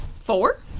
four